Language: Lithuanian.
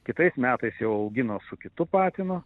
kitais metais jau augino su kitu patinu